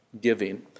giving